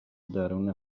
درون